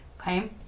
Okay